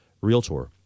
realtor